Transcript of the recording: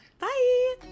Bye